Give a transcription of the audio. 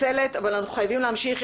אנחנו חייבים להמשיך.